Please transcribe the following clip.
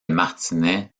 martinet